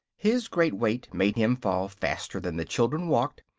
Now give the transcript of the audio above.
his great weight made him fall faster than the children walked,